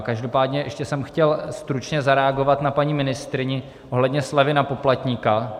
Každopádně jsem ještě chtěl stručně zareagovat na paní ministryni ohledně slevy na poplatníka.